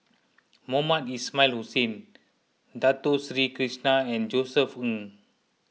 Mohamed Ismail Hussain Dato Sri Krishna and Josef Ng